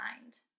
mind